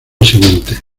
siguiente